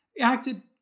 acted